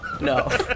No